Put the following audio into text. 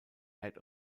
head